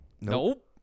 Nope